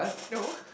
no